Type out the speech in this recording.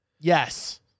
Yes